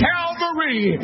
Calvary